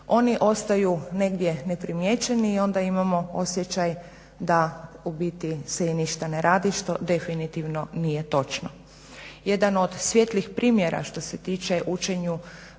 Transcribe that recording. Oni ostaju negdje ne primijećeni i onda imamo osjećaj da u biti se i ništa ne radi što definitivno nije točno. Jedan od svijetlih primjera što se tiče učenju